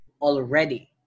already